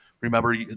remember